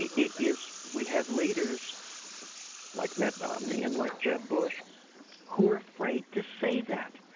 yeah is we have leaders like mitt romney and like jeb bush who are afraid to say that.